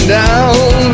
down